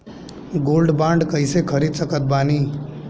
Gold bond कईसे खरीद सकत बानी?